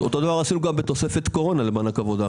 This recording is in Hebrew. אותו דבר עשינו גם בתוספת קורונה למענק עבודה,